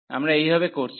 আমরা এইভাবে করছি